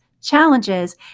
challenges